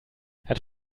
hat